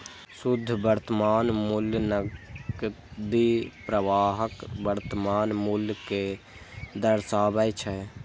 शुद्ध वर्तमान मूल्य नकदी प्रवाहक वर्तमान मूल्य कें दर्शाबै छै